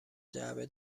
جعبه